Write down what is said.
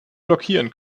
blockieren